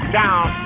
down